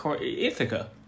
ithaca